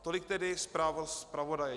Tolik tedy zpráva zpravodaje.